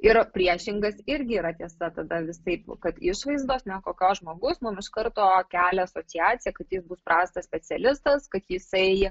yra priešingas irgi yra tiesa tada visaip kad išvaizdos nekokios žmogus mums iš karto kelia asociaciją kad jis bus prastas specialistas kad jisai